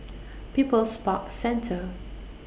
People's Park Centre